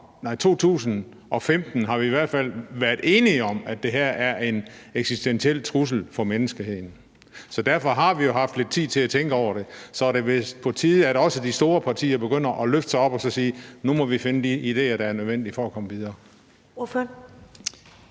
2015 har vi i hvert fald været enige om, at det her er en eksistentiel trussel for menneskeheden. Så derfor har vi jo haft lidt tid til at tænke over det. Så det er vist på tide, at også de store partier begynder at løfte sig op og siger: Nu må vi finde de idéer, der er nødvendige for at komme videre.